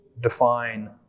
define